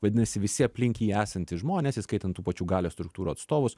vadinasi visi aplink jį esantys žmonės įskaitant tų pačių galios struktūrų atstovus